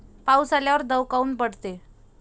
पाऊस आल्यावर दव काऊन पडते?